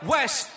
West